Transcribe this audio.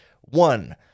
one